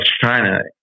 China